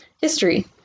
History